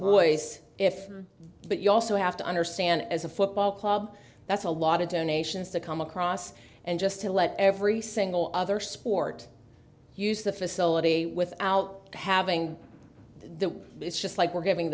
boys if but you also have to understand as a football club that's a lot of donations to come across and just to let every single other sport use the facility without having the it's just like we're giving